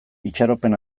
itxaropen